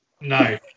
No